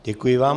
Děkuji vám.